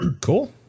Cool